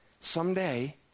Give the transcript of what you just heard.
Someday